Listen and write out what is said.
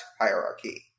hierarchy